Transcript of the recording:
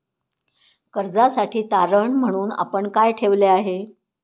कर्जासाठी तारण म्हणून आपण काय ठेवले आहे?